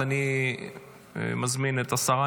אז אני מזמין את השרה,